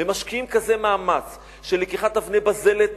ומשקיעים כזה מאמץ של לקיחת אבני בזלת